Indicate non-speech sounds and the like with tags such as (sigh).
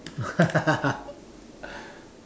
(laughs)